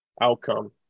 Outcome